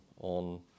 on